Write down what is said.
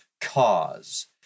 cause